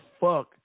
fuck